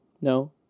No